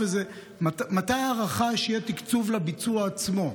מתי, הערכה, יהיה תקציב לביצוע עצמו,